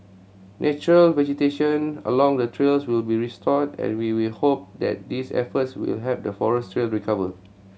natural vegetation along the trails will be restored and we will hope that these efforts will help the forest trail recover